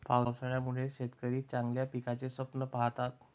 पावसाळ्यामुळे शेतकरी चांगल्या पिकाचे स्वप्न पाहतात